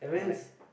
that means